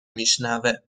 میشنوه